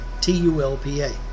T-U-L-P-A